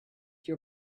your